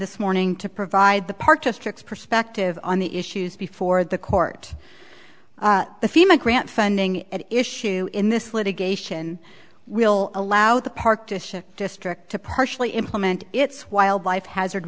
this morning to provide the park district perspective on the issues before the court the fema grant funding at issue in this litigation will allow the park to ship district to partially implement its wildlife hazard